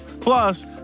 Plus